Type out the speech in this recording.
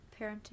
parenting